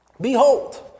Behold